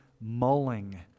mulling